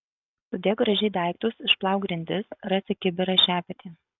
sudėk gražiai daiktus išplauk grindis rasi kibirą šepetį